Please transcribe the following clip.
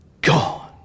gone